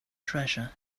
treasure